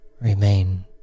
Remain